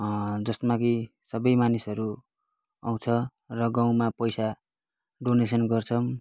जसमा कि सबै मानिसहरू आउँछ र गाउँमा पैसा डोनेसन गर्छौँ